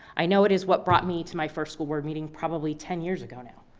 i know it is what brought me to my first school board meeting, probably ten years ago now,